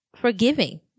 forgiving